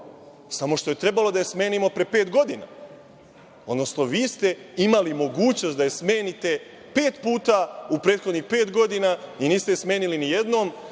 samo što je trebalo da je smenimo pre pet godina, odnosno vi ste imali mogućnost da je smenite pet puta u prethodnih pet godina i niste je smenili nijednom,